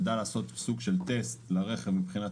--- לעשות סוג של טסט לרכב מבחינת